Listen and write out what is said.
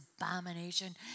abomination